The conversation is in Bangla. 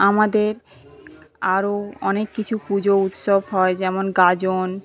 আমাদের আরো অনেক কিছু পুজো উৎসব হয় যেমন গাজন